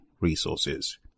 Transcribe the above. resources